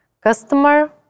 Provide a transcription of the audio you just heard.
customer